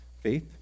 faith